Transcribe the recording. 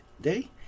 day